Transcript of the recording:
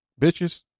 Bitches